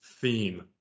theme